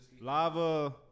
Lava